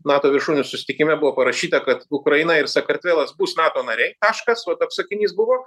nato viršūnių susitikime buvo parašyta kad ukraina ir sakartvelas bus nato nariai taškas toks sakinys buvo